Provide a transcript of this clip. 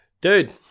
dude